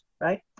right